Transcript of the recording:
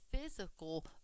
physical